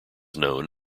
known